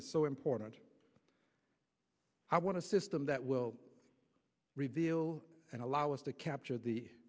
is so important i want to system that will reveal and allow us to capture the